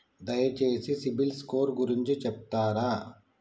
దయచేసి సిబిల్ స్కోర్ గురించి చెప్తరా?